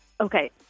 Okay